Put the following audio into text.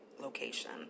location